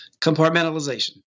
compartmentalization